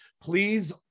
please